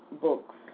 books